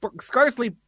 scarcely